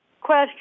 question